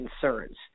concerns